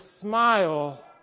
smile